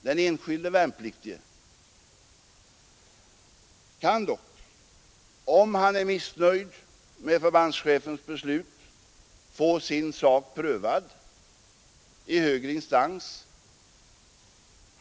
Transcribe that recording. Den enskilde värnpliktige kan dock, om han är missnöjd med förbandschefens beslut, få sin sak prövad i högre instans.